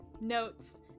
notes